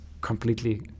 completely